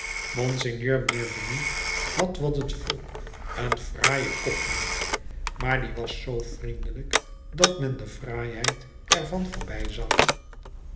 monseigneur bienvenu had wat het volk een fraaien kop noemt maar die was zoo vriendelijk dat men de fraaiheid er van voorbij zag